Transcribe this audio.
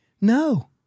No